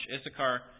Issachar